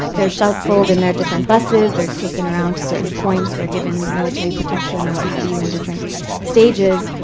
they're shuffled in their different buses. they're taken around to certain points. they're given military protection or what have you, in different stages,